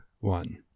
one